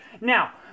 now